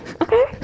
okay